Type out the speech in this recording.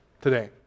today